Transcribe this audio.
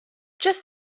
just